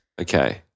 okay